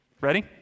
Ready